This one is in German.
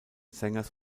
sängers